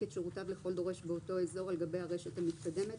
את שירותיו לכל דורש באותו אזור על גבי הרשת המתקדמת,